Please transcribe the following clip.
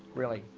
really.